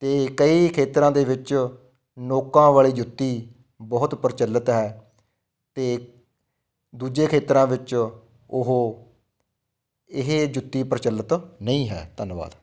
ਅਤੇ ਕਈ ਖੇਤਰਾਂ ਦੇ ਵਿੱਚ ਨੋਕਾਂ ਵਾਲੀ ਜੁੱਤੀ ਬਹੁਤ ਪ੍ਰਚਲਿਤ ਹੈ ਅਤੇ ਦੂਜੇ ਖੇਤਰਾਂ ਵਿੱਚ ਉਹ ਇਹ ਜੁੱਤੀ ਪ੍ਰਚਲਿਤ ਨਹੀਂ ਹੈ ਧੰਨਵਾਦ